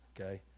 okay